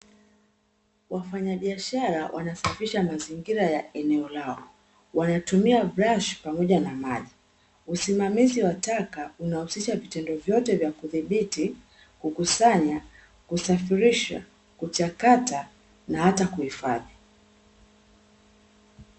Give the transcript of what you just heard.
Wafanyabiashara wanasafisha mazingira ya eneo lao, wanatumia brashi pamoja na maji. Usimamizi wa taka unahusisha vitendo vyote vya kudhibiti, kukusanya, kusafirisha, kuchakata na hata kuhifadhi.